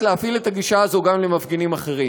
להפעיל את הגישה הזו גם למפגינים אחרים.